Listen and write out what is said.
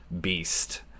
beast